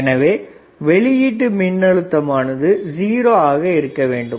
எனவே வெளியீடு மின் அழுத்தமானது 0 ஆக இருக்கவேண்டும்